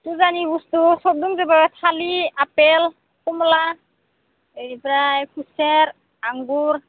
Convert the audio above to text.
फुजानि बुस्थु सब दंजोबो थालिर आफेल खमला एनिफ्राय खुसेर आंगुर